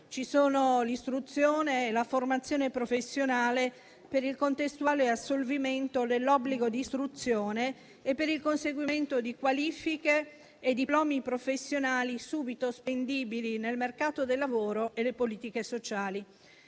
ci sono l'istruzione e la formazione professionale per il contestuale assolvimento dell'obbligo di istruzione e per il conseguimento di qualifiche e diplomi professionali subito spendibili nel mercato del lavoro e delle politiche sociali.